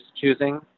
choosing